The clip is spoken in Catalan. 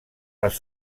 les